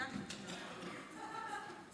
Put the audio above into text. אדוני היושב-ראש,